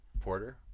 porter